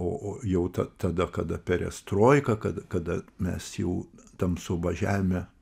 o o jau ta tada kada perestroika kad kada mes jau tam suvažiavime